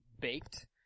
baked